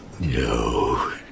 No